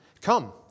Come